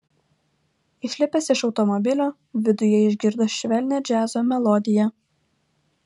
išlipęs iš automobilio viduje išgirdo švelnią džiazo melodiją